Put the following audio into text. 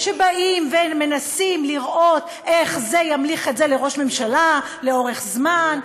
באים ומנסים לראות איך זה ימליך את זה לראש ממשלה לאורך זמן,